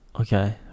okay